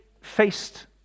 faced